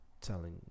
telling